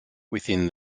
within